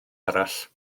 arall